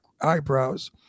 eyebrows